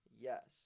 Yes